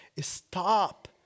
stop